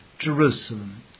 Jerusalem